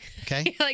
Okay